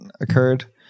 occurred